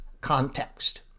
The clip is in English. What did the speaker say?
context